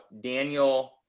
Daniel